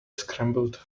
scrambled